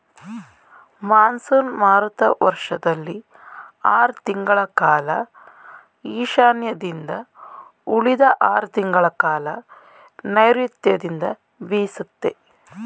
monsoon ಮಾರುತ ವರ್ಷದಲ್ಲಿ ಆರ್ ತಿಂಗಳ ಕಾಲ ಈಶಾನ್ಯದಿಂದ ಉಳಿದ ಆರ್ ತಿಂಗಳಕಾಲ ನೈರುತ್ಯದಿಂದ ಬೀಸುತ್ತೆ